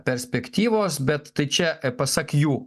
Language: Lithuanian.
perspektyvos bet tai čia pasak jų